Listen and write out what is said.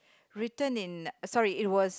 written in sorry it was